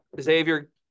Xavier